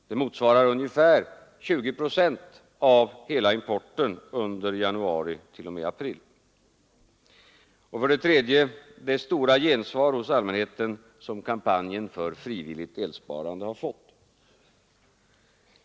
Det motsvarar ungefär 20 procent av hela importen under tiden januari t.o.m. april. Den tredje faktorn är det stora gensvar hos allmänheten som kampanjen för frivilligt elsparande har fått.